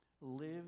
Live